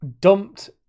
dumped